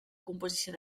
composició